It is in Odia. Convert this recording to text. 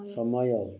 ସମୟ